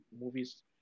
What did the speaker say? movies